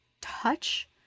touch